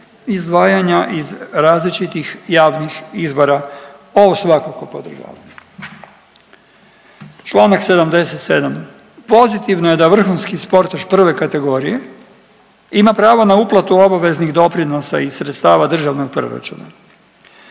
izdvajanja iz različitih javnih izvora. Ovo svakako podržavam. Članak 77. Pozitivno je da vrhunski sportaš prve kategorije ima pravo na uplatu obaveznih doprinosa iz sredstava državnog proračuna.